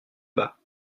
bas